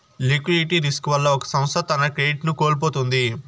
liquidity risk వల్ల ఒక సంస్థ తన క్రెడిట్ ను కోల్పోతుంది